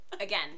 Again